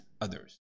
others